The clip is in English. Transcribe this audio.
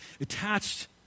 Attached